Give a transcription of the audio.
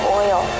oil